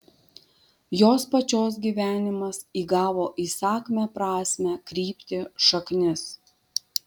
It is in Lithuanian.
jos pačios gyvenimas įgavo įsakmią prasmę kryptį šaknis